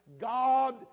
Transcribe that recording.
God